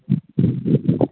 अ